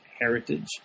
heritage